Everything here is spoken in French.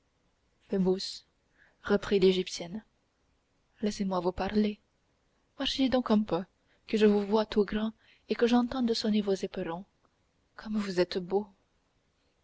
reprit l'égyptienne laissez-moi vous parler marchez donc un peu que je vous voie tout grand et que j'entende sonner vos éperons comme vous êtes beau